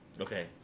Okay